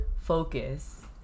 focus